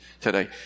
today